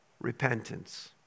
repentance